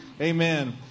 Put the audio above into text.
Amen